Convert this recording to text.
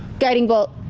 guiding bolt.